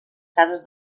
cases